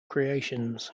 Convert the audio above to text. creations